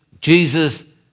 Jesus